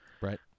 Right